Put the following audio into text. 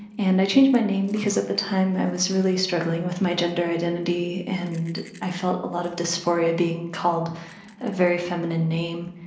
and i changed my name because at the time i was really struggling with my gender identity and i felt a lot of dysphoria being called a very feminine name.